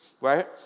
right